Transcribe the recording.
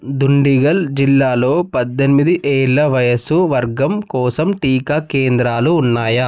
దుండిగల్ జిల్లాలో పద్దెనిమిది ఏళ్ళ వయస్సు వర్గం కోసం టీకా కేంద్రాలు ఉన్నాయా